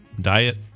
diet